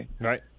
Right